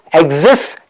exists